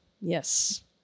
Yes